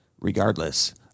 regardless